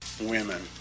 Women